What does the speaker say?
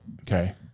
Okay